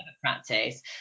practice